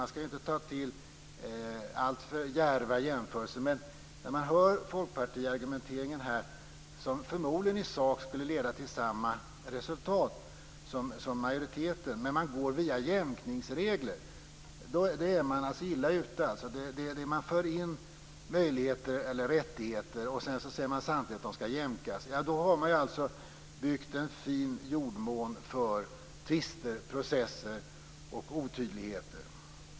Man skall inte ta till alltför djärva jämförelser, men argumenteringen från Folkpartiet skulle förmodligen i sak leda till samma resultat som majoritetens förslag. Men man går via jämkningsregler, och då är man illa ute. Man för in möjligheter eller rättigheter, och sedan säger man samtidigt att de skall jämkas. Då har man byggt en fin jordmån, tvister, processer och otydligheter.